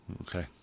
Okay